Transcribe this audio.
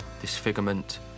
disfigurement